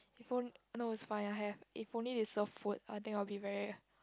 if on~ no it's fine I have if only they serve food I think I'll be very